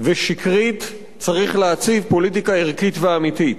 ושקרית צריך להציב פוליטיקה ערכית ואמיתית.